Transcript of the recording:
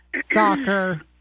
Soccer